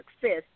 success